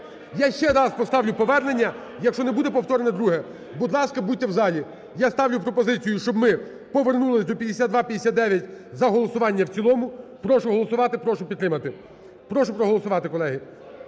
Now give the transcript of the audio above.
Я ще раз поставлю повернення, якщо не буде повторне друге. Будь ласка, будьте в залі. Я ставлю пропозицію, щоб ми повернулись до 5259 за голосування в цілому. Прошу голосувати. Прошу підтримати. Прошу проголосувати, колеги!